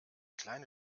kleine